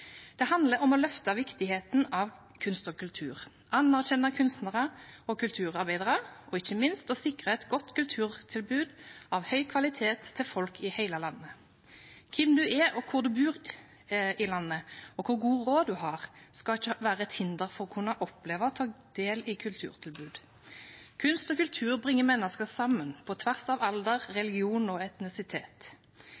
Det handler om å løfte viktigheten av kunst og kultur, anerkjenne kunstnere og kulturarbeidere og ikke minst å sikre et godt kulturtilbud av høy kvalitet til folk i hele landet. Hvem man er, hvor i landet man bor, og hvor god råd man har, skal ikke være et hinder for å kunne oppleve og ta del i kulturtilbud. Kunst og kultur bringer mennesker sammen på tvers av alder,